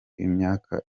imyaka